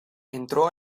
entró